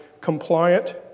compliant